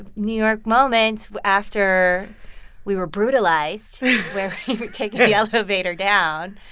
and new york moments after we were brutalized. where we were taking the elevator down,